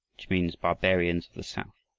which means barbarians of the south.